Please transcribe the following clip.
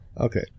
okay